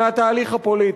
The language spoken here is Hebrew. מהתהליך הפוליטי.